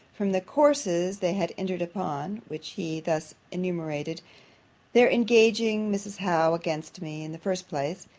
from the courses they had entered upon which he thus enumerated their engaging mrs. howe against me, in the first place,